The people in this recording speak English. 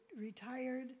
retired